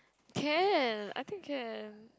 can I think can